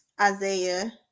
Isaiah